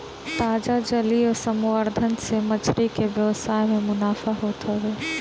ताजा जलीय संवर्धन से मछरी के व्यवसाय में मुनाफा होत हवे